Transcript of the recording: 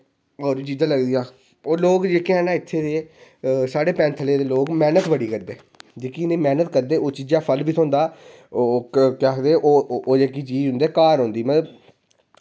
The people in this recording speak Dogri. होर बी चीज़ां लगदियां ओह् लोग हैन ना जेह्के इत्थें दे साढ़े पैंथले दे लोग मैह्नत बड़ी करदे जेह्की ओह् मैह्नत करदे उनें चीज़ें दा फल बी थ्होंदा ओह् ओह् केह् आक्खदे जेह्की चीज़ उंदे घर औंदी